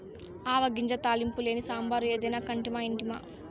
ఆవ గింజ తాలింపు లేని సాంబారు ఏదైనా కంటిమా ఇంటిమా